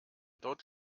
dort